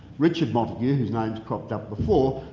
richard montague, whose name's cropped up before,